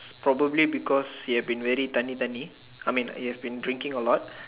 probably because he have been tunny tunny I mean he has been drinking a lot